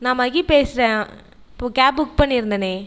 நான் மகி பேசுறேன் இப்போது கேப் புக் பண்ணியிருந்தேனே